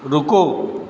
रुको